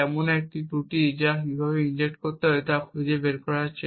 এমন একটি ত্রুটি কীভাবে ইনজেকশন করতে হয় তা খুঁজে বের করেছে